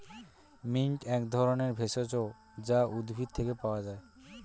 mint এক ধরনের ভেষজ যা উদ্ভিদ থেকে পাওয় যায়